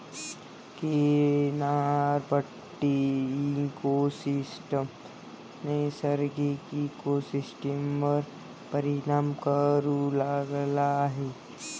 किनारपट्टी इकोसिस्टम नैसर्गिक इकोसिस्टमवर परिणाम करू लागला आहे